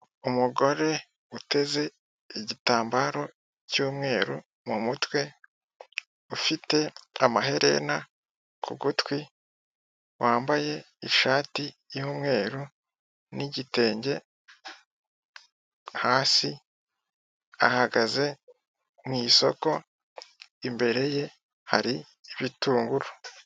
Umugore uteze igitambaro cy'umweru mu mutwe ufite amaherena ku gutwi wambaye ishati y'umweru n'igitenge hasi, ahagaze mw'isoko imbere ye hari ibitunguru.